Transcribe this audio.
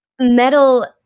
metal